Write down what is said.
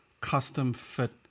custom-fit